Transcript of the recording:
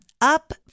up